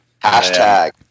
Hashtag